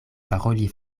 paroli